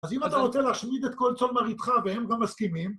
אז אם אתה רוצה להשמיד את כל צאן מרעיתך, והם גם מסכימים...